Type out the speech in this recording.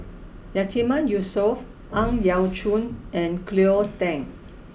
Yatiman Yusof Ang Yau Choon and Cleo Thang